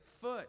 foot